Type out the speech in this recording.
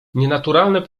nienaturalne